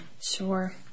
Sure